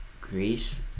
Greece